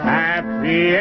happy